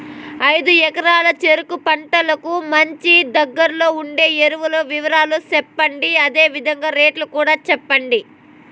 ఐదు ఎకరాల చెరుకు పంటకు మంచి, దగ్గర్లో ఉండే ఎరువుల వివరాలు చెప్పండి? అదే విధంగా రేట్లు కూడా చెప్పండి?